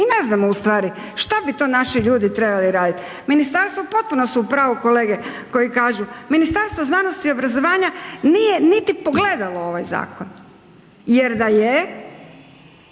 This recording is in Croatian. Mi ne znamo ustvari što bi to naši ljudi trebali raditi, ministarstvo potpuno su u pravu kolege koji kažu, Ministarstvo znanosti i obrazovanja nije niti pogledalo ovaj zakon, jer da je,